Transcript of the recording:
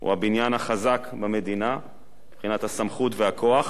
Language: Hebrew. הוא הבניין החזק במדינה מבחינת הסמכות והכוח,